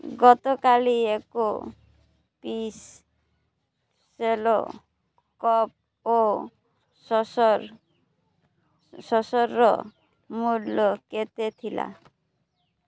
ଗତକାଲି ଏକ ପିସ୍ ସେଲୋ କପ୍ ଓ ସସର୍ ସସର୍ର ମୂଲ୍ୟ କେତେ ଥିଲା